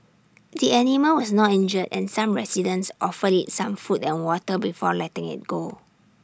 the animal was not injured and some residents offered IT some food and water before letting IT go